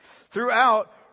throughout